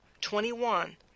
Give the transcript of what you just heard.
twenty-one